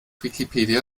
wikipedia